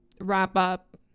wrap-up